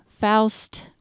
Faust